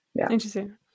Interesting